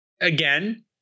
again